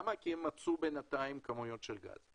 כי הם מצאו בינתיים כמויות של גז.